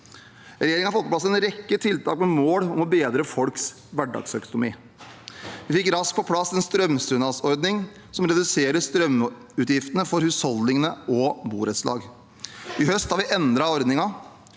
Regjeringen har fått på plass en rekke tiltak med mål om å bedre folks hverdagsøkonomi. Vi fikk raskt på plass en strømstønadsordning som reduserer strømutgiftene for husholdningene og borettslag. I høst har vi endret ordningen.